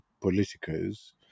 politicos